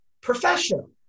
professional